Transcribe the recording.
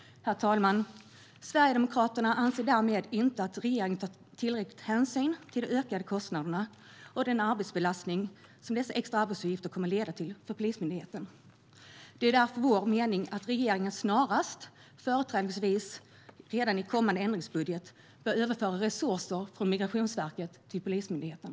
Herr talman! Sverigedemokraterna anser därmed att regeringen inte tar tillräcklig hänsyn till de ökade kostnaderna och den arbetsbelastning som dessa extra arbetsuppgifter kommer att leda till för Polismyndigheten. Det är därför vår mening att regeringen snarast, företrädesvis redan i kommande ändringsbudget, bör överföra resurser från Migrationsverket till Polismyndigheten.